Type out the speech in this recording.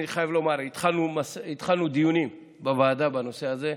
אני חייב לומר: התחלנו דיונים בוועדה בנושא הזה.